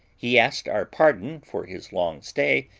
he asked our pardon for his long stay,